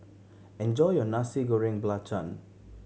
enjoy your Nasi Goreng Belacan